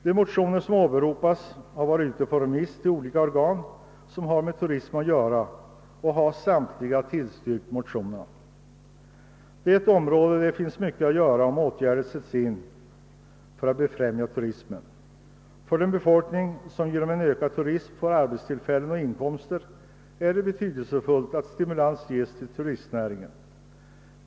De motioner som åberopas har varit på remiss till olika organ som har med turism att göra, och samtliga dessa organ har tillstyrkt motionerna. Mycket finns att göra på detta område om åtgärder sätts in för att befrämja turismen. För den befolkning som genom en ökad turism får arbetstillfällen och inkomster är det betydelsefullt att stimulans ges till turistnäringen.